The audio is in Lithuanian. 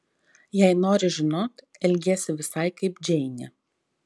jei nori žinot elgiesi visai kaip džeinė